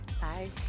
Bye